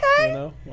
okay